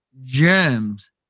gems